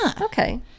Okay